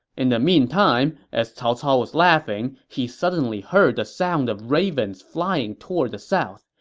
in the meantime, as cao cao was laughing, he suddenly heard the sound of ravens flying toward the south.